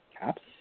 Caps